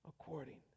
according